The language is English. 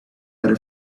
other